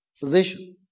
position